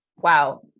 wow